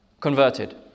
converted